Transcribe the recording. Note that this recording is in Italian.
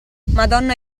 madonna